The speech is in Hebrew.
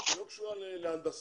היא לא קשורה להנדסה,